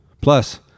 Plus